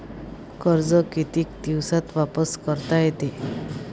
कर्ज कितीक दिवसात वापस करता येते?